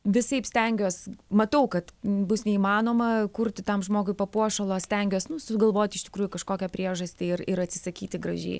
visaip stengiuos matau kad bus neįmanoma kurti tam žmogui papuošalo stengiuos nu sugalvot iš tikrųjų kažkokią priežastį ir ir atsisakyti gražiai